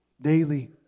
daily